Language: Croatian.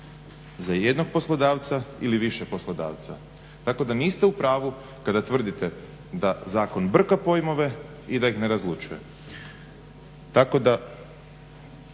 za jednog poslodavca ili više poslodavaca. Tako da niste u pravu kada tvrdite da zakon brka pojmovi i da ih ne razlučuje. Evo nisam